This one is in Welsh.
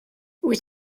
wyt